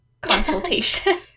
consultation